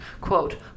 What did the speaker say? Quote